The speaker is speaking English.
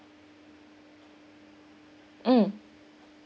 mm